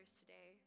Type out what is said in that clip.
today